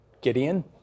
Gideon